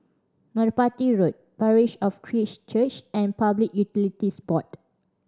Merpati Road Parish of Christ Church and Public Utilities Board